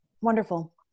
Wonderful